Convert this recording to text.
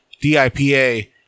DIPA